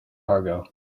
cargo